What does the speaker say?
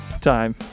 Time